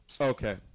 Okay